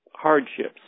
hardships